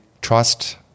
trust